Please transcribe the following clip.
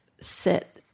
SIT